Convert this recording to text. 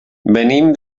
venim